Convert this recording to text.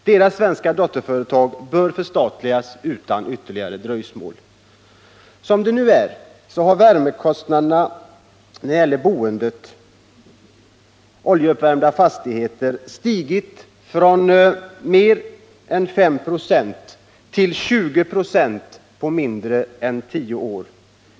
Deras svenska dotterföretag bör förstatligas utan ytterligare dröjsmål. Som det nu är har värmekostnadernas del av boendekostnaderna i oljevärmda fastigheter stigit från något mer än 5 96 till 20 26 på mindre än tio år.